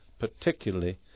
particularly